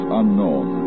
unknown